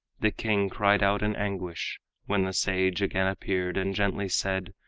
the king cried out in anguish when the sage again appeared, and gently said,